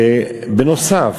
בנוסף,